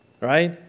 right